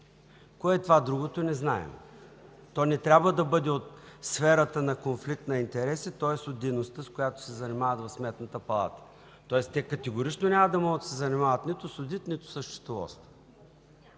Кое е това другото – не знаем. То не трябва да бъде от сферата на конфликт на интереси, тоест от дейността, с която се занимават в Сметната палата. Тоест те категорично няма да могат да се занимават нито с одит, нито със счетоводство.